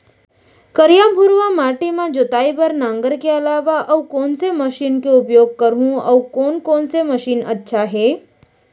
करिया, भुरवा माटी म जोताई बार नांगर के अलावा अऊ कोन से मशीन के उपयोग करहुं अऊ कोन कोन से मशीन अच्छा है?